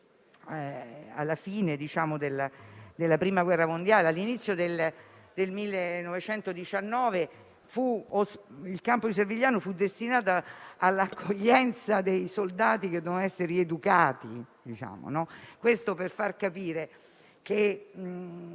alla fine della Prima guerra mondiale, all'inizio del 1919, il campo di Servigliano fu destinato all'accoglienza dei soldati che dovevano essere rieducati. Questo per far comprendere